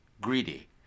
greedy